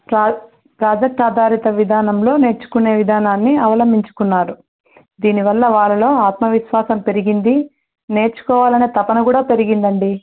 ప్రా ప్రాజెక్ట్ ఆధారిత విధానంలో నేర్చుకునే విధానాన్ని అవలంబించుకున్నారు దీనివల్ల వాారిలో ఆత్మవిశ్వాసం పెరిగింది నేర్చుకోవాలనే తపనను కూడా పెరిగింది అండి